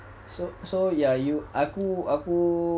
so so ya you aku aku